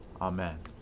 Amen